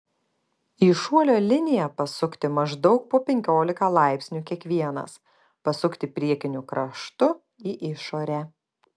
į šuolio liniją pasukti maždaug po penkiolika laipsnių kiekvienas pasukti priekiniu kraštu į išorę